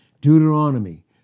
Deuteronomy